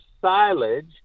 silage